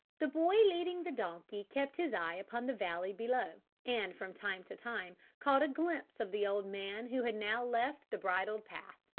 the boy leading the donkey kept his eye upon the valley below, and from time to time caught a glimpse of the old man who had now left the bridle path,